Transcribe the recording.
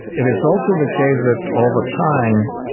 it is also the case that over time,